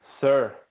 Sir